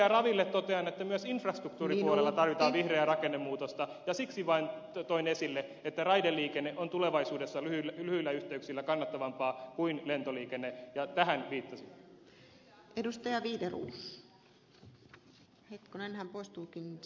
raville totean että myös infrastruktuuripuolella tarvitaan vihreää rakennemuutosta ja siksi vain toin esille että raideliikenne on tulevaisuudessa lyhyillä yhteyksillä kannattavampaa kuin lentoliikenne ja tähän viittasin